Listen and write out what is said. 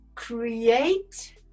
create